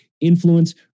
influence